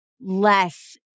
less